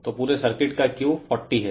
तो पूरे सर्किट का Q 40 है